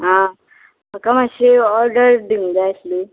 आं म्हाका मात्शी ऑर्डर दिवंक जाय आसली